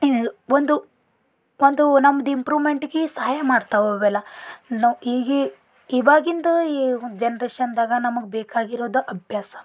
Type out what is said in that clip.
ಒಂದು ಒಂದು ನಮ್ದು ಇಂಪ್ರೂಮೆಂಟ್ಗೆ ಸಹಾಯ ಮಾಡ್ತಾವೆ ಅವೆಲ್ಲ ನಾವು ಈಗ ಇವಾಗಿನದು ಈ ಜನ್ರೇಷನ್ದಾಗ ನಮಗೆ ಬೇಕಾಗಿರೋದು ಅಭ್ಯಾಸ